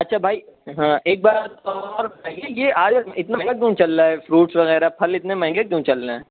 اچھا بھائی ايک بات اور آج اتنا مہنگا کیوں چل رہا ہے فروٹس وغیرہ پھل اتنے مہنگے کیوں چل رہے ہیں